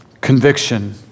conviction